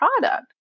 product